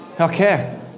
okay